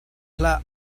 hlah